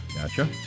Gotcha